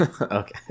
Okay